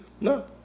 No